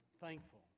thankful